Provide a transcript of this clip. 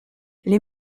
les